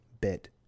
bit